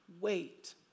wait